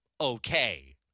okay